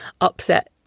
upset